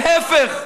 להפך.